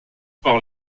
par